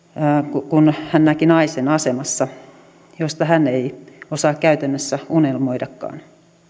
kun kun hän näki naisen asemassa josta hän ei osaa käytännössä unelmoidakaan